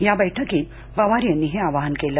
या बैठकीत पवार यांनी हे आवाहन केलं